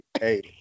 Hey